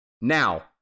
Now